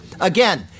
Again